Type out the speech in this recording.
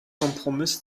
kompromiss